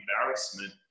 embarrassment